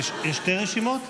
יש שתי רשימות?